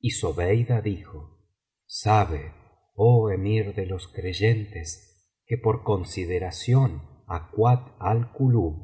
y zobeida dijo sabe oh emir de los creyentes que por consideración á biblioteca valenciana las mil noches y una noche kuat al kulub